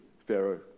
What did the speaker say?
Pharaoh